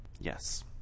Yes